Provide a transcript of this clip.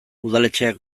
udaletxeak